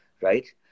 right